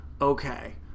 okay